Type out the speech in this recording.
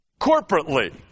corporately